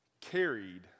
carried